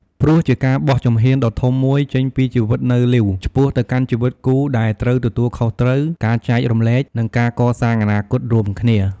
ព្រោះជាការបោះជំហានដ៏ធំមួយចេញពីជីវិតនៅលីវ ឆ្ពោះទៅកាន់ជីវិតគូដែលត្រូវទទួលខុសត្រូវ ការចែករំលែក និងការកសាងអនាគតរួមគ្នា។